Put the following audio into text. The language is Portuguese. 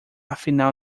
afinal